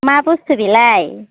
मा बुस्थु बेलाय